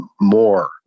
more